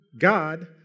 God